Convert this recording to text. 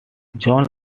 jones